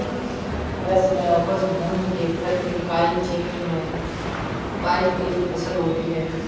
कृषि में उपज भूमि के प्रति इकाई क्षेत्र में उगाई गई फसल होती है